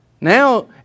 Now